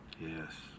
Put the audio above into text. yes